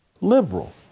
liberal